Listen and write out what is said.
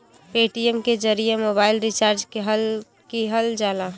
Paytm के जरिए mobile recharge किहल जाला